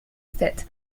fit